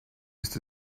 ist